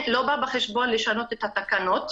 לא בא בחשבון לשנות את התקנות.